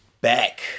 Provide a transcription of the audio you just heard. back